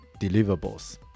deliverables